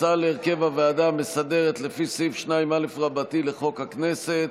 הצעה להרכב הוועדה המסדרת לפי סעיף 2א לחוק הכנסת.